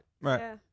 Right